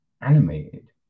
animated